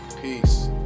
peace